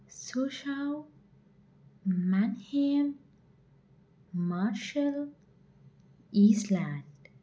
సూషావ్ maxim Marshall island